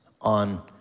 on